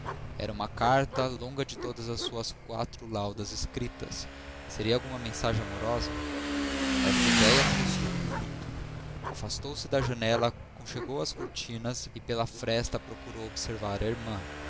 era uma carta longa de todas as suas quatro laudas escritas seria alguma mensagem amorosa esta idéia molestou o muito afastou-se da janela conchegou as cortinas e pela fresta procurou observar a irmã